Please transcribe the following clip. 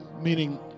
Meaning